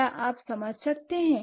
क्या आप समझ सकते हैं